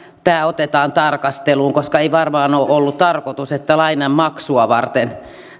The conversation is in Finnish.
tämä otetaan tarkasteluun koska ei varmaan ole ollut tarkoitus että lainanmaksua varten